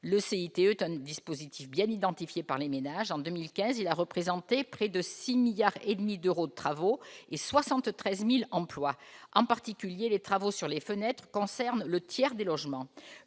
le CICE dispositif bien identifié par les ménages, en 2015, il a représenté près de 6 milliards et demi d'euros de travaux et 73000 emplois en particulier les travaux sur les fenêtre concerne le tiers des logements,